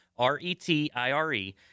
R-E-T-I-R-E